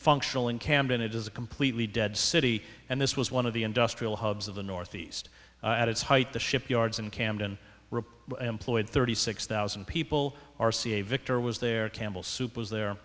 functional in camden it is a completely dead city and this was one of the industrial hubs of the northeast at its height the shipyards and camden rip employed thirty six thousand people r c a victor was there campbell soup was there